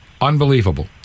Unbelievable